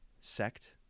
sect